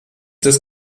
das